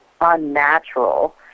unnatural